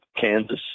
Kansas